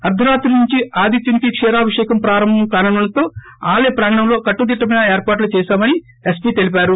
అర్దరాత్రి నుంచి ఆధిత్యునికి క్షీరాభిషేకం ప్రారంభం కానుండడంతో ఆలయ ప్రాంగణంలో కట్టుదిట్టమైన ఏర్పాట్లు చేశామని ఎస్పీ తెలిపారు